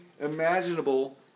imaginable